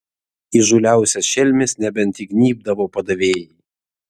įžūliausias šelmis nebent įgnybdavo padavėjai